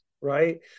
right